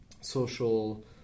social